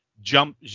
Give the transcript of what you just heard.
jump